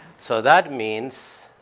so that means.